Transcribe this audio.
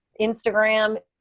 Instagram